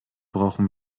brauchen